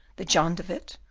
the john de witt,